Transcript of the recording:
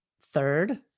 third